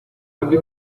sentí